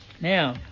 Now